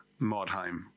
Mordheim